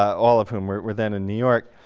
all of whom were then in new york,